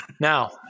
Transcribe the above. Now